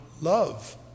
love